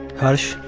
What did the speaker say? harsh.